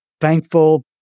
thankful